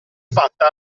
fatta